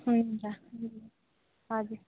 हुन्छ हजुर